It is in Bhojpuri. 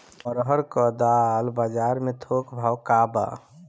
अरहर क दाल बजार में थोक भाव का बा?